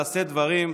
לשאת דברים.